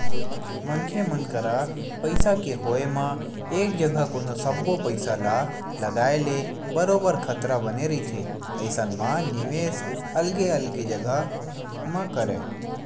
मनखे मन करा पइसा के होय म एक जघा कोनो सब्बो पइसा ल लगाए ले बरोबर खतरा बने रहिथे अइसन म निवेस अलगे अलगे जघा म करय